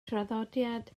traddodiad